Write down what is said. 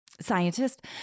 scientist